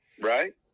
Right